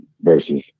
versus